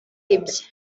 libye